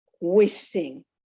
wasting